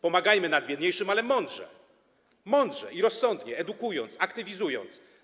Pomagajmy najbiedniejszym, ale mądrze i rozsądnie, edukując, aktywizując.